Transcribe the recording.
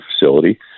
facility